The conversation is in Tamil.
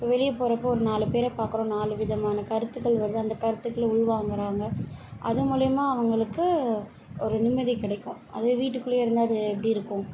இப்போ வெளியே போகிறப்ப ஒரு நாலு பேரை பார்க்குறோம் நாலு விதமான கருத்துக்கள் வருது அந்த கருத்துக்களை உள்வாங்குகிறாங்க அது மூலயமா அவங்களுக்கு ஒரு நிம்மதி கிடைக்கும் அதே வீட்டுக்குள்ளே இருந்தால் அது எப்படி இருக்கும்